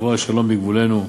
ויבוא השלום בגבולנו,